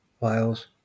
files